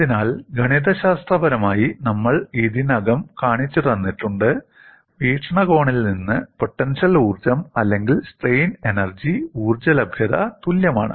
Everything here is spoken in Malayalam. അതിനാൽ ഗണിതശാസ്ത്രപരമായി നമ്മൾ ഇതിനകം കാണിച്ചുതന്നിട്ടുണ്ട് വീക്ഷണകോണിൽ നിന്ന് പൊട്ടൻഷ്യൽ ഊർജ്ജം അല്ലെങ്കിൽ സ്ട്രെയിൻ എനർജി ഊർജ്ജ ലഭ്യത തുല്യമാണ്